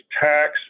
tax